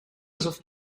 alsof